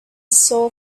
soul